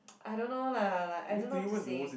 I don't know lah like I don't know what to say